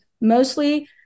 mostly